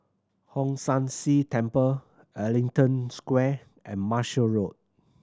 Hong San See Temple Ellington Square and Marshall Road